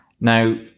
Now